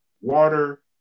water